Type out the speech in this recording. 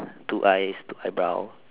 two eyes two eyebrow